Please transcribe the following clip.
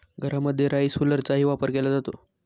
घरांमध्ये राईस हुलरचाही वापर केला जातो